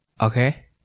okay